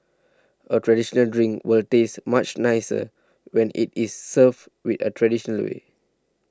a traditional drink will taste much nicer when it is served with a traditional way